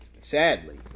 sadly